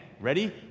Ready